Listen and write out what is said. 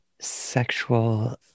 sexual